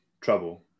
trouble